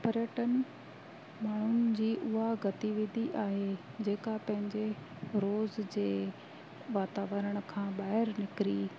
पर्यटन माण्हुनि जी उहा गतिविधि आहे जेका पंहिंजे रोज़ जे वातावरण खां ॿाहिरि निकिरी